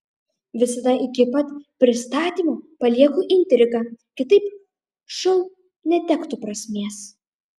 visada iki pat pristatymo palieku intrigą kitaip šou netektų prasmės